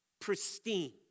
pristine